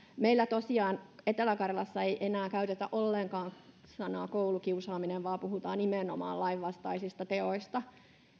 meillä tosiaan etelä karjalassa ei enää käytetä ollenkaan sanaa koulukiusaaminen vaan puhutaan nimenomaan lainvastaisista teoista